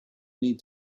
need